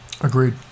agreed